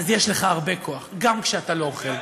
יש לך הרבה כוח, גם כשאתה לא אוכל.